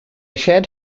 shared